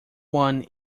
one